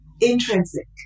intrinsic